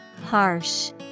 Harsh